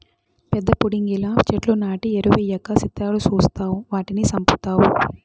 పెద్ద పుడింగిలా చెట్లు నాటి ఎరువెయ్యక సిత్రాలు సూస్తావ్ వాటిని సంపుతావ్